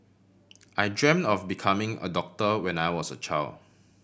I dreamt of becoming a doctor when I was a child